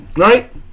Right